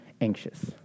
anxious